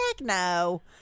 no